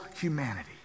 humanity